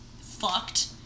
fucked